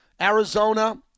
Arizona